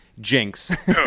Jinx